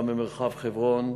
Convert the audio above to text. גם במרחב חברון,